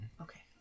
Okay